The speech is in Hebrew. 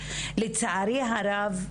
לצערי הרב,